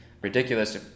ridiculous